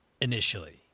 initially